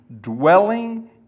dwelling